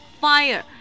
fire